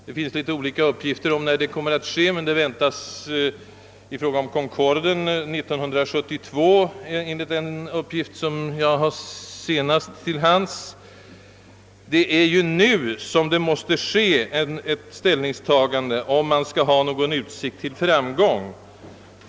Det finns litet olika besked om tidpunkten för dessa plans verkliga debut, men t.ex. Concorden väntas tas i bruk 1972, enligt för mig senast tillgängliga uppgifter. Det är därför nu man måste ta ställning, om man skall ha någon utsikt att påverka utvecklingen.